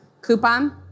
coupon